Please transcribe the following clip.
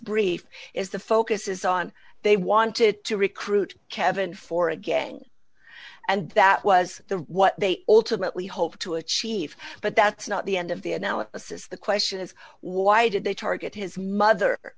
brief is the focus is on they want it to recruit kevin for again and that was the what they ultimately hoped to achieve but that's not the end of the analysis the question is why did they target his mother